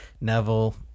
Neville